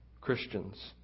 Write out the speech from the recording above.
Christians